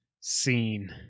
scene